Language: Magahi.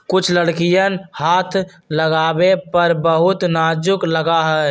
कुछ लकड़ियन हाथ लगावे पर बहुत नाजुक लगा हई